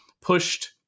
pushed